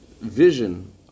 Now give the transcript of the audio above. vision